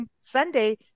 Sunday